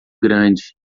grande